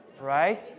Right